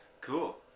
Cool